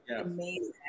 amazing